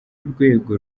urwego